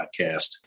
podcast